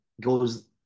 goes